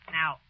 now